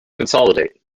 consolidate